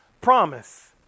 promise